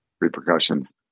repercussions